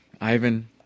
Ivan